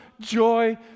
joy